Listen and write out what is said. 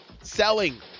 Selling